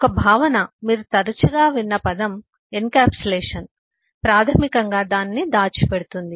ఒక భావన మీరు చాలా తరచుగా విన్న పదం ఎన్క్యాప్సులేషన్ ప్రాథమికంగా దానిని దాచిపెడుతుంది